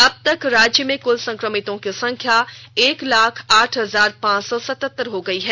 अब तक राज्य में कुल संक्रमितों की संख्या एक लाख आठ हजार पांच सौ सतहतर हो गई है